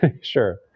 Sure